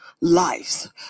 lives